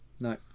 No